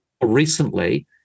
recently